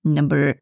Number